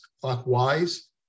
clockwise